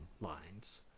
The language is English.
lines